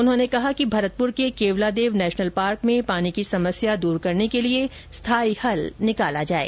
उन्होंने कहा कि भरतपुर के केवलादेव नेशनल पार्क में पानी की समस्या दूर करने के लिए स्थायी हल निकाला जाए